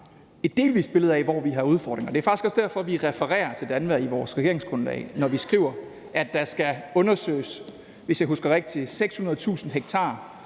har et billede af, hvor vi har udfordringer. Det er faktisk også derfor, vi refererer til DANVA i vores regeringsgrundlag, når vi skriver, at der skal undersøges, hvis jeg husker rigtigt, 600.000 ha